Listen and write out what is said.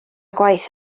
gwaith